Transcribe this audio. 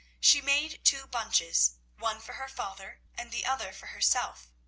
she made two bunches, one for her father and the other for herself.